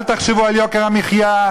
אל תחשבו על יוקר המחיה,